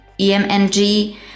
EMNG